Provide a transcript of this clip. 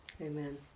Amen